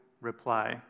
reply